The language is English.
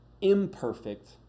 imperfect